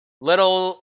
little